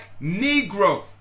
Negro